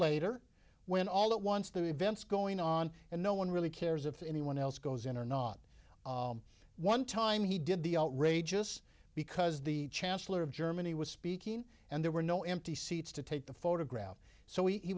later when all at once the events going on and no one really cares if anyone else goes in or not one time he did the outrageous because the chancellor of germany was speaking and there were no empty seats to take the photograph so he